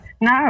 No